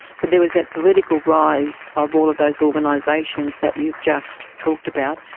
so there was that political rise of all of those organisations that you've just talked about.